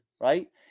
right